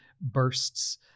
bursts